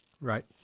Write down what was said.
right